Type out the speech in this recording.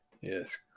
Yes